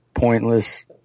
Pointless